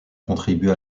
contribue